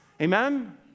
Amen